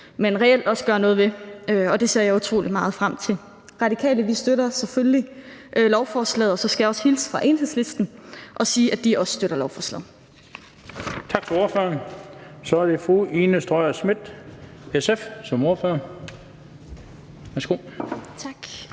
men reelt også gøre noget ved, og det ser jeg utrolig meget frem til. Radikale støtter selvfølgelig lovforslaget. Og så skal jeg også hilse fra Enhedslisten og sige, at de også støtter lovforslaget. Kl. 17:14 Den fg. formand (Bent Bøgsted): Tak til ordføreren. Så er det fru Ina Strøjer-Schmidt fra SF som ordfører. Værsgo. Kl.